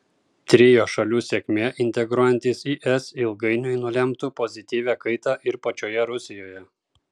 trio šalių sėkmė integruojantis į es ilgainiui nulemtų pozityvią kaitą ir pačioje rusijoje